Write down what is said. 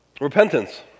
repentance